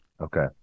Okay